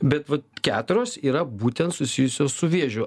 bet vat keturios yra būtent susijusios su vėžiu